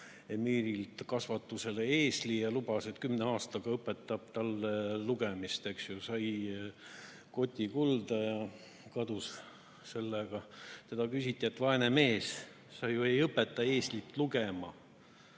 emiirilt kasvatada eesli ja lubas, et kümne aastaga õpetab talle lugemise selgeks. Sai koti kulda ja kadus sellega. Talt küsiti, et, vaene mees, sa ju ei õpeta eeslit lugema.